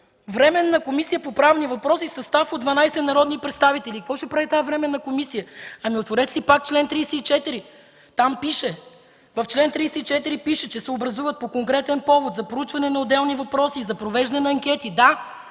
Временна комисия по правни въпроси в състав от 12 народни представители.” И какво ще прави тази временна комисия? Отворете си пак чл. 34. Там пише, че се образуват по конкретен повод, за проучване на отделни въпроси и за провеждане на анкети. Да,